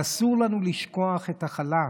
אסור לנו לשכוח את החלש.